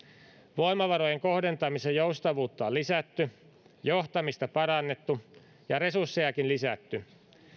voimavarojen kohdentamisen joustavuutta on lisätty johtamista parannettu ja resurssejakin lisätty